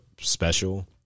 special